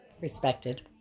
respected